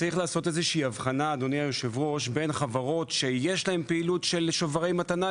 צריך לעשות איזו שהיא הבחנה בין חברות שיש להן פעילות של שוברי מתנה,